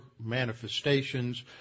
manifestations